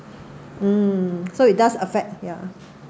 um so it does affect ya